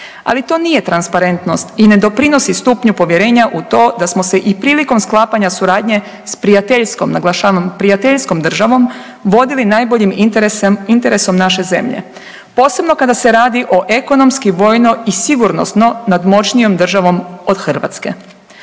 Ali to nije transparentnost i ne doprinosi stupnju povjerenja u to da smo se i prilikom sklapanja suradnje s prijateljskom, naglašavam prijateljskom, državom vodili najboljim interesom naše države, posebno kada se radi o ekonomski, vojno i sigurnosno nadmoćnijom državom od Hrvatske.